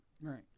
right